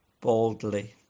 boldly